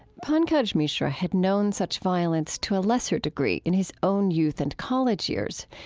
pankaj mishra had known such violence to a lesser degree in his own youth and college years.